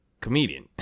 comedian